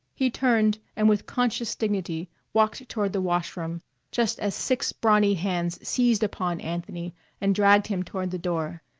he turned and with conscious dignity walked toward the wash-room just as six brawny hands seized upon anthony and dragged him toward the door.